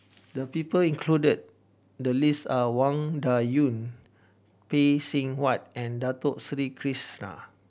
the people included in the list are Wang Dayuan Phay Seng Whatt and Dato Sri Krishna